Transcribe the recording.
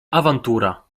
awantura